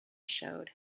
showed